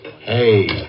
Hey